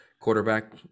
quarterback